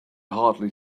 hardly